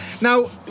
now